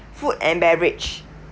food and beverage